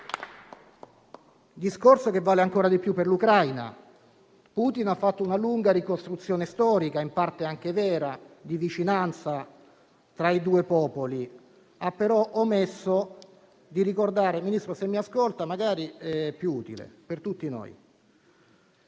discorso che vale ancora di più per l'Ucraina. Putin ha fatto una lunga ricostruzione storica, in parte anche vera, della vicinanza tra i due popoli. Egli ha, però, omesso di ricordare un evento storico. Signor Ministro, se però mi ascolta, magari è più utile per tutti noi.